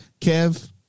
Kev